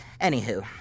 Anywho